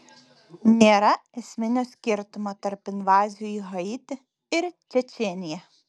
nėra esminio skirtumo tarp invazijų į haitį ir čečėniją